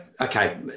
okay